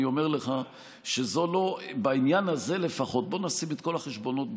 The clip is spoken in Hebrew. אני אומר לך שבעניין הזה לפחות בוא נשים את כל החשבונות בצד.